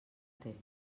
temps